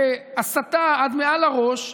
להסתה עד מעל הראש,